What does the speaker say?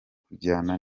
kujyana